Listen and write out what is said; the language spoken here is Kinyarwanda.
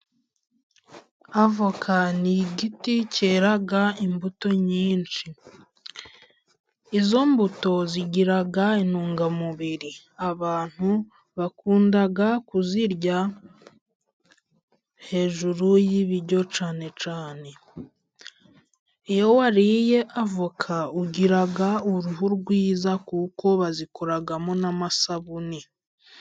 Avoka ni igiti cyera imbuto nyinshi. Izo mbuto zigira intungamubiri. Abantu bakunda kuzirya hejuru y'ibiryo cyane cyane iyo wariye avoka ugira uruhu rwiza kuko bazikoragamo n'amasabune.